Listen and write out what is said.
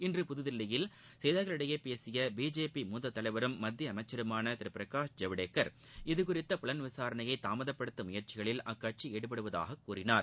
இன்று புதுதில்லியில் செய்தியாளா்களிடம் பேசிய பிஜேபி மூத்த தலைவரும் மத்திய அமைக்கருமான திரு பிரகாஷ் ஜவ்டேகர் இதுகுறித்த புலன் விசாரணையை தாமதப்படுத்தும் முயற்சிகளில் அக்கட்சி ஈடுபடுவதாக கூறினார்